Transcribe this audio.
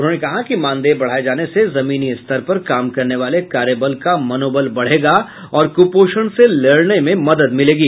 उन्होंने कहा कि मानदेय बढ़ाये जाने से जमीनी स्तर पर काम करने वाले कार्यबल का मनोबल बढ़ेगा और कुपोषण से लड़ने में मदद मिलेगी